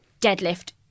deadlift